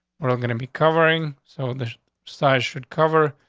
we're gonna be covering so the size should cover.